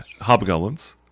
hobgoblins